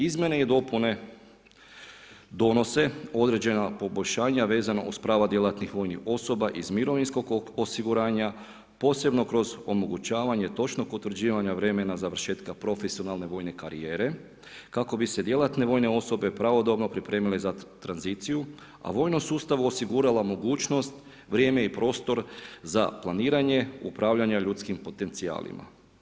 Izmjene i dopune donose određena poboljšanja vezano uz prava djelatnih vojnih osoba iz mirovinskog osiguranja, posebno kroz omogućavanje točnog utvrđivanja vremena završetka profesionalne vojne karijere kako bi se djelatne vojne osobe pravodobno pripremile za tranziciju, a vojnom sustavu osigurala mogućnost, vrijeme i prostor za planiranje, upravljanje ljudskim potencijalima.